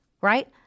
right